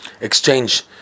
exchange